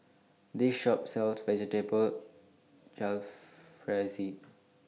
This Shop sells Vegetable Jalfrezi